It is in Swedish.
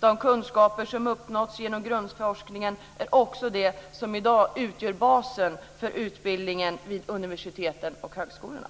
Den kunskap som uppnåtts genom grundforskningen är också den som i dag utgör basen för utbildningen vid universiteten och högskolorna.